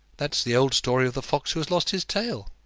that's the old story of the fox who had lost his tail.